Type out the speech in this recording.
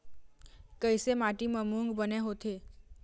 कइसे माटी म मूंग बने होथे?